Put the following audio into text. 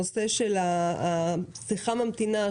הנושא של שיחה ממתינה,